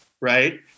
Right